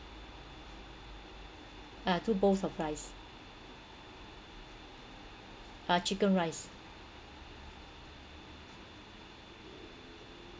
ah two bowls of rice ah chicken rice